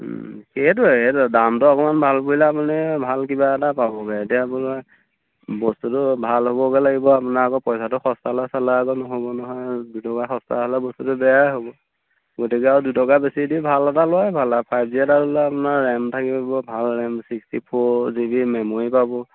সেইটোৱে সেইটোৱে দামটো অকণমান ভাল পৰিলে আপুনি ভাল কিবা এটা পাবগৈ এতিয়া আপোনাৰ বস্তুটো ভাল হ'বগৈ লাগিব আপোনাৰ আকৌ পইচাটো সস্তালৈ চালে আকৌ নহ'ব নহয় দুই টকা সস্তা হ'লে বস্তুটো বেয়াই হ'ব গতিকে আৰু দুই টকা বেছি দি ভাল এটা লয় ভাল ফাইভ জি এটা হ'লে আপোনাৰ ৰেম থাকিব ভাল RAM sixty four G B memory পাব